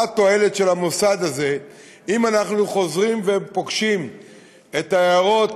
התועלת של המוסד הזה אם אנחנו חוזרים ופוגשים את ההערות